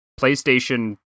PlayStation